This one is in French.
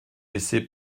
laissé